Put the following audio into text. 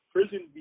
Prison